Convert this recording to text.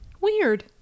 Weird